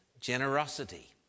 Generosity